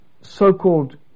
so-called